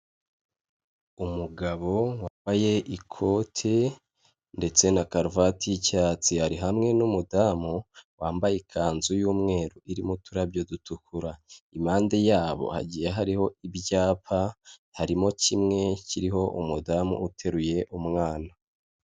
Umugabo wambaye ikote ndetse na karuvati y’icyatsi, ari hamwe n’umudamu wambaye ikanzu y’umweru, irimo uturabyo dutukura. Impande yabo hagiye hariho ibyapa, harimo kimwe kiriho umudamu uteruye umwana.